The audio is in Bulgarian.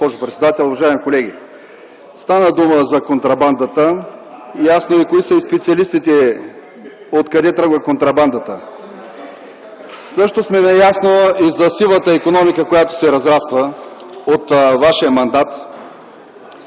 Госпожо председател, уважаеми колеги! Стана дума за контрабандата. Ясно е и кои са специалистите и от къде тръгва контрабандата. Също сме наясно и за сивата икономика, която се разраства от вашия мандат.